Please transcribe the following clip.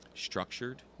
Structured